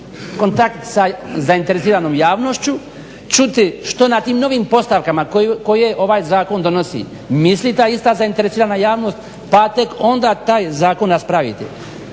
kontakt sa zainteresiranom javnošću, čuti što na tim novim postavkama koje ovaj zakon donosi misli ta ista zainteresirana javnost, pa tek onda taj zakon raspraviti.